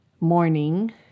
morning